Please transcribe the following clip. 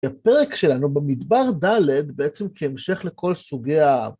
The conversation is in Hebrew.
הפרק שלנו, במדבר ד', בעצם כהמשך לכל סוגי ה...